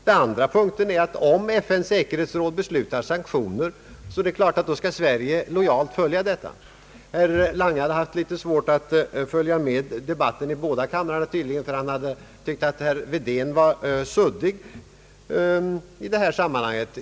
Den andra punkten är att om FN:s säkerhetsråd beslutat sanktioner, bör Sverige lojalt följa detta. Herr Lange har tydligen haft litet svårt att följa med debatten i båda kamrarna, ty han tyckte att herr Wedén var suddig i detta sammanhang.